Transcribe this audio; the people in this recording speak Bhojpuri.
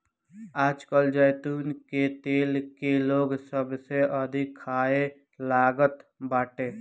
आजकल जैतून के तेल के लोग सबसे अधिका खाए लागल बाटे